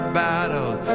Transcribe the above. battles